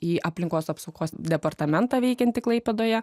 į aplinkos apsaugos departamentą veikiantį klaipėdoje